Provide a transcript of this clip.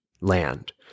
land